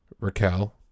Raquel